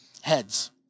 heads